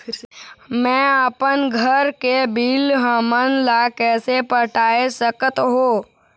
मैं अपन घर के बिल हमन ला कैसे पटाए सकत हो?